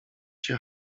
się